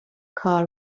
کار